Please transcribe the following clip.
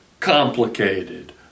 Complicated